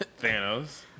Thanos